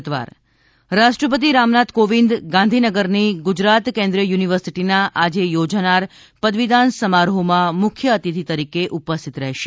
રાષ્ટ્રપતિ ગુજરાત રાષ્ટ્રપતિ રામનાથ કોવિંદ ગાંધીનગરની ગુજરાત કેન્દ્રિય યુનિવર્સિટીના આજે યોજાનાર પદવીદાન સમારોહમાં મુખ્ય અતિથી તરીકે ઉપસ્થિત રહેશે